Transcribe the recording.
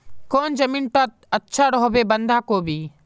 कौन जमीन टत अच्छा रोहबे बंधाकोबी?